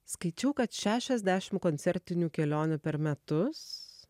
skaičiau kad šešiasdešim koncertinių kelionių per metus